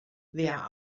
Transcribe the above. wer